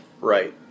Right